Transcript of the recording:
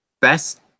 best